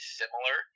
similar